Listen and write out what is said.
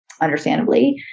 understandably